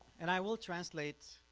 and i will translate